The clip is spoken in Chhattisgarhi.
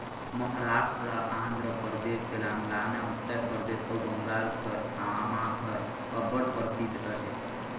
महारास्ट, आंध्र परदेस, तेलंगाना, उत्तर परदेस अउ बंगाल कर आमा हर अब्बड़ परसिद्ध अहे